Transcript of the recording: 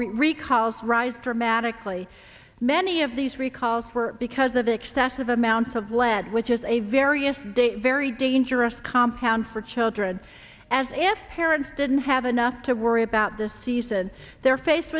recalls rise dramatically many of these recalls were because of excessive amounts of lead which is a various de very dangerous compound for children as if parents didn't have enough to worry about this season they're faced